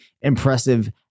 impressive